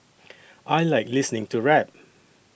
I like listening to rap